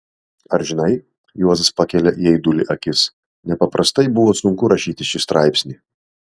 ar žinai juozas pakelia į aidulį akis nepaprastai buvo sunku rašyti šį straipsnį